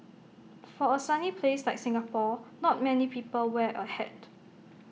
for A sunny place like Singapore not many people wear A hat